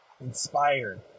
inspired